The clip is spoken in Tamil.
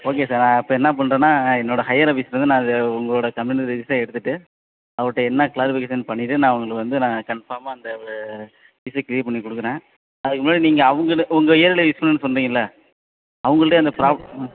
ஓகே சார் நான் இப்போ என்னப் பண்ணுறேன்னா என்னோடய ஹையர் ஆஃபீஸ்லிருந்து நான் இதை உங்களோடய கம்ப்ளைண்ட் ரிஜிஸ்டராக எடுத்துகிட்டு அவர்கிட்ட என்ன க்ளாரிஃபிகேஷன் பண்ணிவிட்டு நான் உங்களுக்கு வந்து நான் கான்ஃபார்மாக அந்த ஒரு இஷ்ஷு க்ளியர் பண்ணிக் கொடுக்குறேன் அதுக்கு மேலே நீங்கள் அவங்களு உங்கள் ஏரியாவில் இஷ்ஷு இல்லைன்னு சொல்கிறீங்கள்ல அவங்கள்ட்ட இந்த ப்ராப் ம்